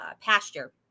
pasture